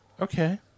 Okay